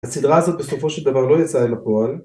‫הסדרה הזאת בסופו של דבר ‫לא יצאה אל הפועל.